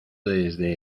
desde